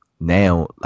now